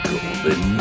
Golden